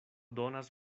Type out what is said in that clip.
donas